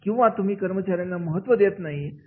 किंवा हा तुम्ही कर्मचाऱ्यांना महत्त्व देत नाहीये